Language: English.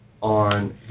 on